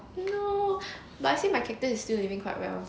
no but I see my cactus is still living quite well